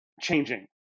changing